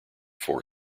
four